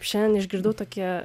šiandien išgirdau tokią